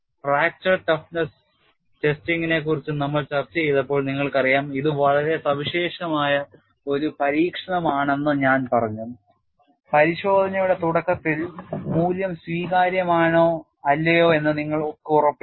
fracture toughness ടെസ്റ്റിംഗിനെക്കുറിച്ച് നമ്മൾ ചർച്ച ചെയ്തപ്പോൾ നിങ്ങൾക്കറിയാം ഇത് വളരെ സവിശേഷമായ ഒരു പരീക്ഷണമാണെന്ന് ഞാൻ പറഞ്ഞു പരിശോധനയുടെ തുടക്കത്തിൽ മൂല്യം സ്വീകാര്യമാണോ അല്ലയോ എന്ന് നിങ്ങൾക്ക് ഉറപ്പില്ല